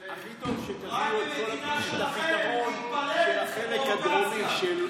הכי טוב שתביאו את הפתרון של הכותל הדרומי,